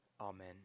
Amen